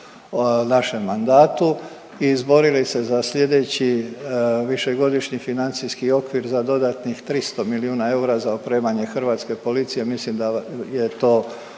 našem mandatu i izborili se za sljedeći višegodišnji financijski okvir za dodatnih 300 milijuna eura za opremanje hrvatske policije. Mislim da je to